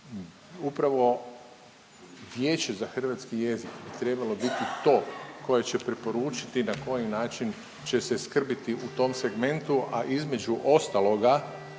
Upravo vijeće za hrvatski jezik bi trebalo biti to koje će preporučiti na koji način će se skrbiti u tom segmentu, a između ostaloga